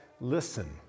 listen